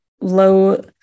low